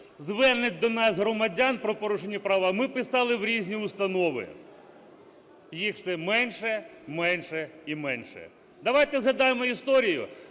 звернень до нас громадян про порушені права ми писали в різні установи? Їх все менше, менше і менше. Давайте згадаємо історію,